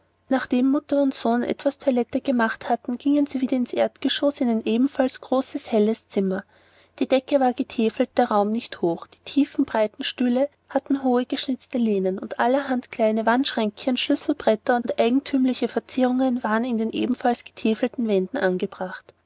nachdem mutter und sohn etwas toilette gemacht gingen sie wieder ins erdgeschoß in ein ebenfalls großes helles zimmer die decke war getäfelt der raum nicht hoch die tiefen breiten stühle hatten hohe geschnitzte lehnen und allerhand kleine wandschränkchen schlüsselbretter und eigentümliche verzierungen waren in den ebenfalls getäfelten wänden angebracht